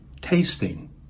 tasting